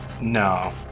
No